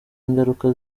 ingaruka